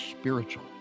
spiritual